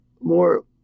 More